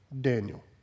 Daniel